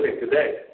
today